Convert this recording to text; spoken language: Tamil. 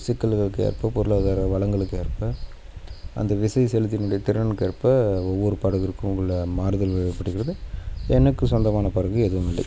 சிக்கல்களுக்கு ஏற்ப பொருளாதார வளங்களுக்கு ஏற்ப அந்த விசை செலுத்தினுடைய திறனுக்கு ஏற்ப ஒவ்வொரு படகிற்கும் உள்ள மாறுதல்கள் ஏற்பட்டு இருக்கிறது எனக்கு சொந்தமான படகு எதுவுமில்லை